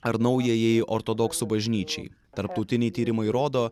ar naujajai ortodoksų bažnyčiai tarptautiniai tyrimai rodo